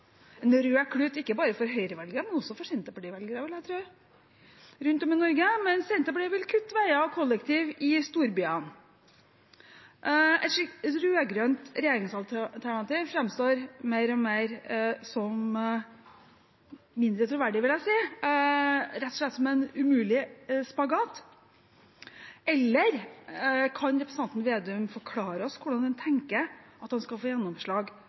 en rød klut ikke bare for Høyre-velgere, men også for Senterparti-velgere rundt om i Norge, vil jeg tro – men Senterpartiet vil kutte for veier og kollektivtrafikk i storbyene. Et rød-grønt regjeringsalternativ framstår mer og mer som mindre troverdig, vil jeg si, rett og slett som en umulig spagat. Eller kan representanten Vedum forklare oss hvordan han tenker at han skal få gjennomslag